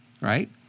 right